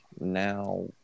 now